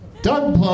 Doug